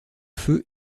feu